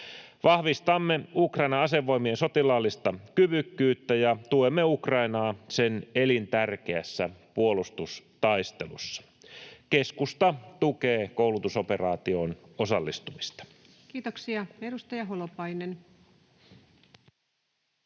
Vahvistamme Ukrainan asevoimien sotilaallista kyvykkyyttä ja tuemme Ukrainaa sen elintärkeässä puolustustaistelussa. Keskusta tukee koulutusoperaatioon osallistumista. Kiitoksia. — Edustaja Holopainen.